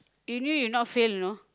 you knew you not fail you know